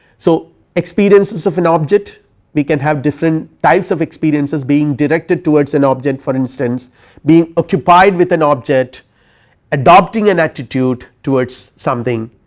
so experiences of an object we can have different types of experiences being directed towards an object for instance being occupied with an object adopting an attitude towards something,